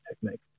technique